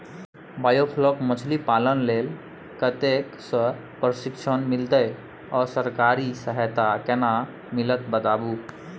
Biofloc मछलीपालन लेल कतय स प्रशिक्षण मिलत आ सरकारी सहायता केना मिलत बताबू?